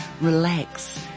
Relax